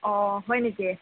অঁ হয় নেকি